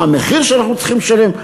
מה המחיר שאנחנו צריכים לשלם,